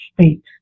state